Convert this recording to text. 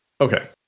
Okay